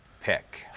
pick